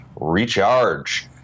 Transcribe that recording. recharge